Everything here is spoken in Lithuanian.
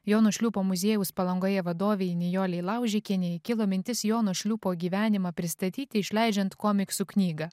jono šliūpo muziejaus palangoje vadovei nijolei laužikienei kilo mintis jono šliūpo gyvenimą pristatyti išleidžiant komiksų knygą